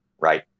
right